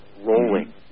rolling